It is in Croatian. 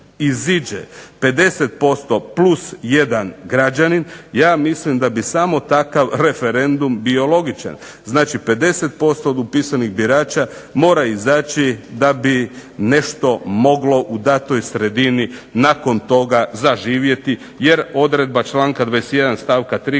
50% +1 građanin ja mislim da bi samo takav referendum bio logičan. Znači 50% od upisanih birača mora izaći da bi nešto moglo u datoj sredini nakon toga zaživjeti jer odredba članka 21. stavka 3.